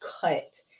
cut